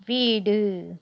வீடு